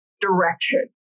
direction